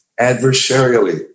adversarially